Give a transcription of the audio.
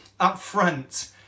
upfront